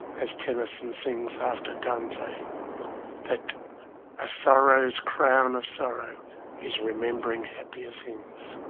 as tennyson sings after dante that a sorrow's crown of sorrow is remembering happier things.